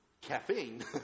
caffeine